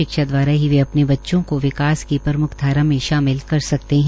शिक्षा दवारा ही वे अपने बच्चों को विकास की प्रमुखधारा में शामिल कर सकते हैं